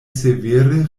severe